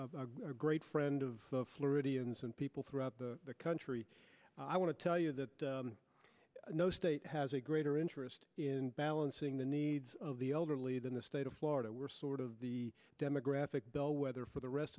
great friend of floridians and people throughout the country i want to tell you that no state has a greater interest in balancing the needs of the elderly than the state of florida we're sort of the demographic bellwether for the rest